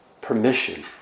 permission